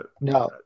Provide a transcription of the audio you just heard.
No